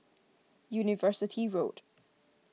University Road